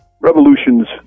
revolutions